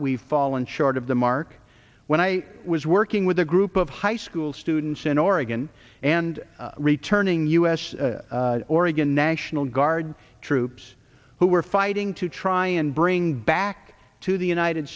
we've fallen short of the mark when i was working with a group of high school students in oregon and returning us oregon national guard troops who were fighting to try and bring back to the united